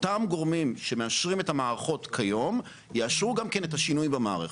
אותם גורמים שמאשרים את המערכות כיום יאשרו גם את השינוי במערכת.